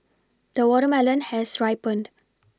the watermelon has ripened